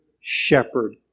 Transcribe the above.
shepherd